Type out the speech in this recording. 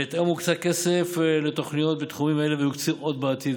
בהתאם לכך הוקצה כסף לתוכניות בתחומים אלו ויוקצה עוד בעתיד,